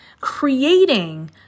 creating